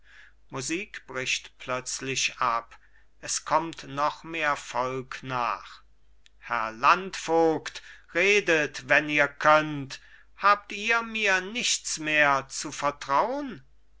musik bricht plötzlich ab es kommt noch mehr volk nach herr landvogt redet wenn ihr könnt habt ihr mir nichts mehr zu vertraun